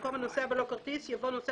במקום "הנוסע בלא כרטיס" יבוא "נוסע